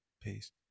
Peace